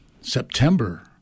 September